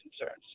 concerns